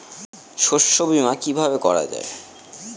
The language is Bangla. শস্য বীমা কিভাবে করা যায়?